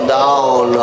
down